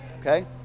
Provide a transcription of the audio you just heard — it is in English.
Okay